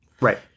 Right